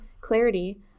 clarity